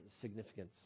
significance